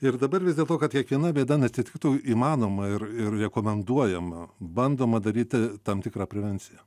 ir dabar vis dėlto kad kiekviena bėda naatsitiktų įmanoma ir ir rekomenduojama bandoma daryti tam tikrą prevenciją